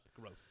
Gross